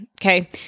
okay